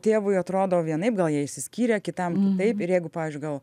tėvui atrodo vienaip gal jie išsiskyrę kitam kitaip ir jeigu pavyzdžiui gal